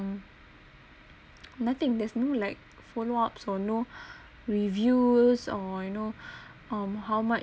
nothing there's no like follow ups or no reviews or you know um how much